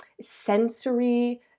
sensory